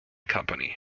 company